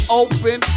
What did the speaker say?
open